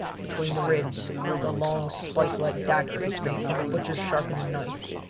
between the ribs rose a long spike-like dagger made from a butcher's sharpening knife,